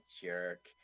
jerk